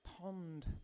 pond